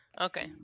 okay